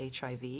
HIV